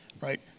right